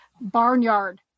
barnyard